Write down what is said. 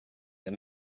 them